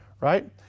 right